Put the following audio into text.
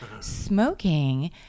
smoking